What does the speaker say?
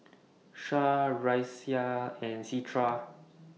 Syah Raisya and Citra